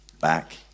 back